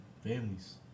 families